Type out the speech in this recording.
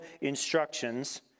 instructions